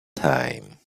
time